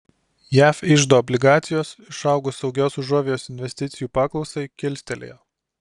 jav iždo obligacijos išaugus saugios užuovėjos investicijų paklausai kilstelėjo